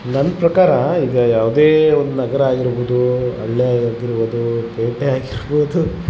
ನನ್ನ ಪ್ರಕಾರ ಈಗ ಯಾವುದೇ ಒಂದು ನಗರ ಆಗಿರ್ಬೋದು ಹಳ್ಳಿ ಆಗಿರ್ಬೋದು ಪೇಟೆ ಆಗಿರ್ಬೋದು